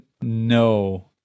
No